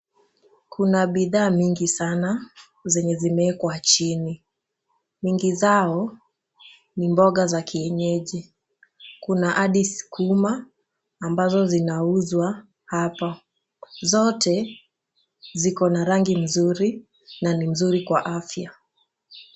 Kuna bidhaa mingi sana zenye zimewekwa chini. Nyingi zao ni mboga za kienyeji. Kuna hadi sukuma ambazo zinauzwa hapa. Zote ziko na rangi mzuri na ni mzuri kwa afya.